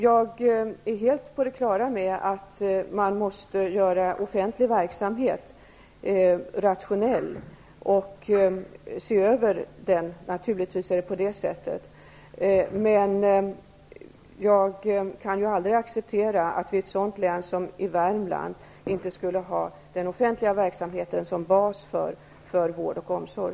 Jag är helt på det klara med att man måste se över offentlig verksamhet och driva den rationellt, men jag kan aldrig acceptera att vi i ett sådant län som Värmland inte skulle ha den offentliga verksamheten som bas för vård och omsorg.